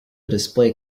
display